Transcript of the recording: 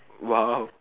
!wow!